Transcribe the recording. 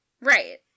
right